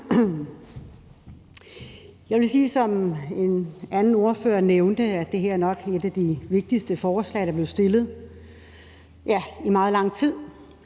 Jeg vil sige, som en anden ordfører nævnte, at det her nok er et af de vigtigste forslag, der er blevet fremsat, ja, i meget lang tid.